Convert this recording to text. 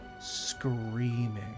screaming